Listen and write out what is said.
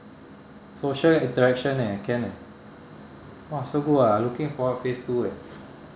social interaction eh can eh !wah! so good ah I looking forward to phase two eh